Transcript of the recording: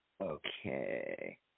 Okay